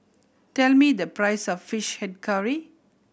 tell me the price of Fish Head Curry